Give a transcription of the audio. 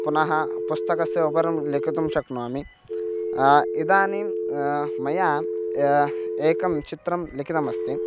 पुनः पुस्तकस्य उपरि लिखितुं शक्नोमि इदानीं मया एकं चित्रं लिखितमस्ति